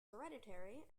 hereditary